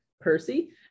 Percy